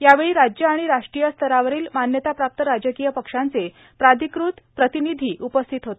यावेळी राज्य आणि राष्ट्रीय स्तरावरील मान्यताप्राप्त राजकीय पक्षांचे प्राधिकृत प्रतिनिधी उपस्थित होते